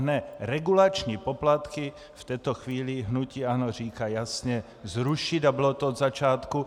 Ne, regulační poplatky v této chvíli hnutí ANO říká jasně zrušit a bylo to od začátku.